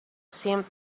seemed